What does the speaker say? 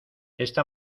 esta